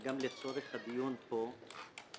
וגם לצורך הדיון פה.